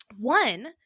One